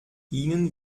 ihnen